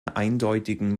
eindeutigen